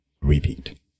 repeat